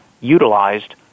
utilized